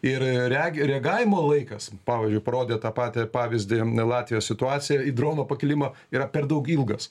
ir regi reagavimo laikas pavyzdžiui parodė tą patį pavyzdį latvijos situacija į drono pakilimą yra per daug ilgas